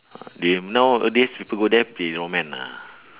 they nowadays people go there play lawman ah